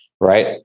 right